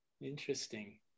Interesting